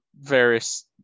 various